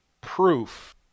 proof